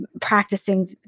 practicing